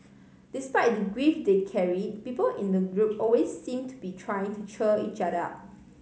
despite the grief they carried people in the group always seem to be trying to cheer each other up